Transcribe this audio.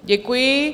Děkuji.